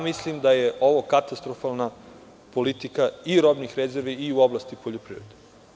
Mislim da je ovo katastrofalna politika i robnih rezervi i u oblasti poljoprivrede.